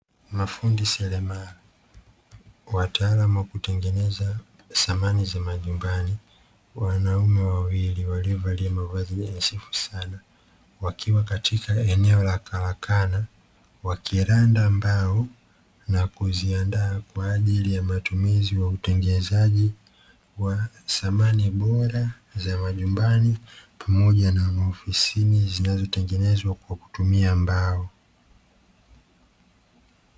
Mafundi selemala wataalamu wa kutengeneza thamani za majumbani. Wanaume wawili waliovyalia mavazi yenye sufu sana wakiwa katika eneo la karakana wakiranda mbao na kuziandaa kwa ajili ya matumizi ya utengenezaji wa thamani bora za majumbani, pamoja na maofisini zinazotengenezwa kwa kutumia mbao.